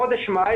בחודש מאי,